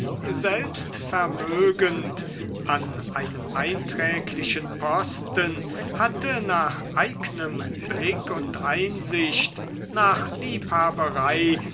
selbst vermögend an einem einträglichen posten hatte nach eignem blick und einsicht nach liebhaberei